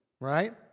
right